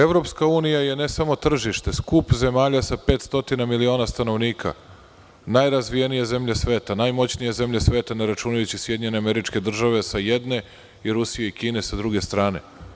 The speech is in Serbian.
Evropska unija je ne samo tržište, skup zemalja sa 500 miliona stanovnika, najrazvijenijih zemalja sveta, najmoćnijih zemalja sveta ne računaju SAD sa jedne i Rusije i Kine sa druge strane.